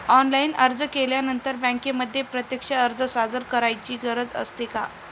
Online अर्ज केल्यानंतर बँकेमध्ये प्रत्यक्ष अर्ज सादर करायची गरज असते का?